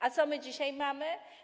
A co my dzisiaj mamy?